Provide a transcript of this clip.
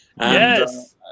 Yes